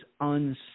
unseen